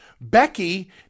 Becky